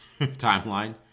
timeline